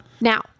Now